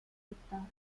võtta